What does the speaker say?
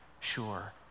Sure